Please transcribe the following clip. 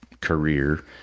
career